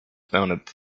founded